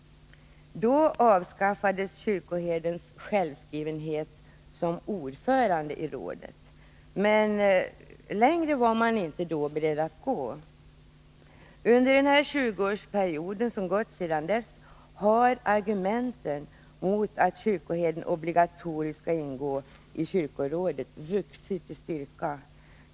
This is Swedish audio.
Då avskaffades kyrkoherdens självskrivenhet som ordförande i rådet. Men längre var man inte beredd att gå. Under den tjugoårsperiod som gått sedan dess har argumenten mot att kyrkoherden obligatoriskt skall ingå i kyrkorådet vuxit i styrka.